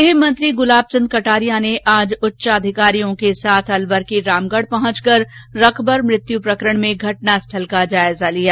गृह मंत्री गुलाबचंद कटारिया ने आज उच्चाधिकारियों के साथ अलवर के रामगढ पहुंचकर रकबर मृत्यु प्रकरण में घटनास्थल का जायजा लिया